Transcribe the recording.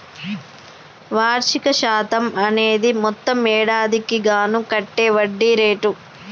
వార్షిక శాతం అనేది మొత్తం ఏడాదికి గాను కట్టే వడ్డీ రేటు